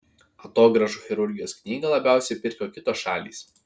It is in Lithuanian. atogrąžų chirurgijos knygą labiausiai pirko kitos šalys